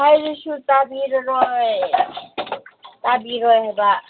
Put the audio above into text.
ꯍꯥꯏꯔꯁꯨ ꯇꯥꯕꯤꯔꯔꯣꯏ ꯇꯥꯕꯤꯔꯣꯏ ꯍꯥꯏꯕ